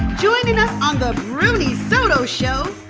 joining us on the bruni soto show,